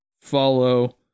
follow